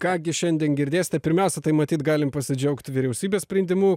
ką gi šiandien girdėsite pirmiausia tai matyt galim pasidžiaugt vyriausybės sprendimu